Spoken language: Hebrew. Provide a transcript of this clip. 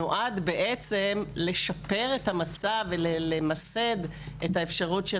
נועד בעצם לשפר את המצב ולמסד את האפשרות של